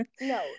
no